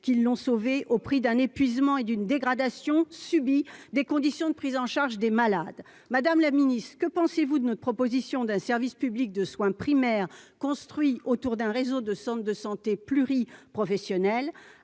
qui l'ont sauvé au prix d'un épuisement et d'une dégradation subit des conditions de prise en charge des malades madame la Ministre, que pensez-vous de notre proposition d'un service public de soins primaires construit autour d'un réseau de centres de santé pluri-professionnelles